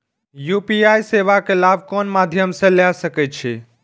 UPI सेवा के लाभ कोन मध्यम से ले सके छी?